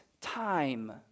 time